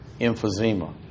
emphysema